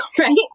Right